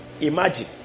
imagine